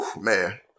man